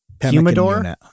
humidor